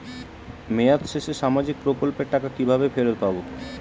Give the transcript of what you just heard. মেয়াদ শেষে সামাজিক প্রকল্পের টাকা কিভাবে ফেরত পাবো?